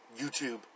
YouTube